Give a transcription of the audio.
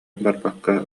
барбакка